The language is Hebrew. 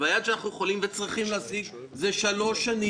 והיעד שאנחנו יכולים וצריכים להשיג זה שלוש שנים.